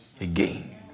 again